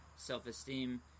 Self-esteem